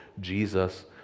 Jesus